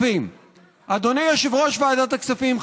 אדוני יושב-ראש ועדת הכספים,